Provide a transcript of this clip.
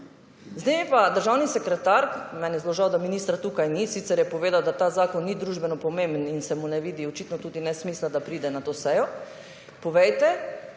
mi pa, državni sekretar, meni je zelo žal, da ministra tukaj ni, sicer je povedal, da ta zakon ni družbeno pomemben in se mu ne vidi očitno ne smisla da pride na to sejo, povejte